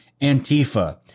antifa